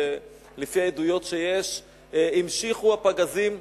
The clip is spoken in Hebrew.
ולפי העדויות שיש המשיכו הפגזים,